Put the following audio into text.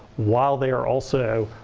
while they are also